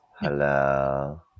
hello